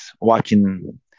watching –